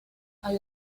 hay